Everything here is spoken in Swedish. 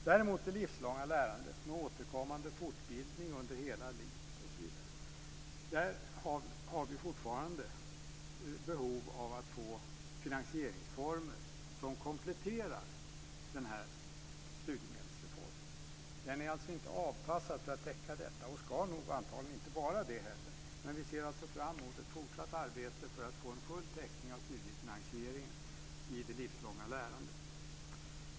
När det gäller det livslånga lärandet och den återkommande fortbildningen under hela livet har vi däremot fortfarande behov av att få finansieringsformer som kompletterar den här studiemedelsreformen. Den är inte avpassad för att täcka detta och ska antagligen inte heller vara det. Vi ser alltså fram emot ett fortsatt arbete för att få en full täckning av studiefinansieringen i det livslånga lärandet.